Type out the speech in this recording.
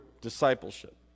discipleship